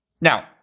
Now